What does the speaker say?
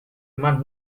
más